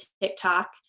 TikTok